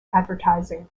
advertising